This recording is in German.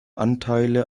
anteile